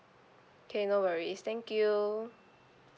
okay no worries thank you